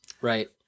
Right